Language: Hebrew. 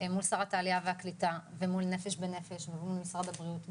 מול שרת העלייה והקליטה ומול נפש בנפש ומול משרד הבריאות,